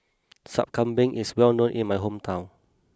Sup Kambing is well known in my hometown